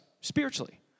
spiritually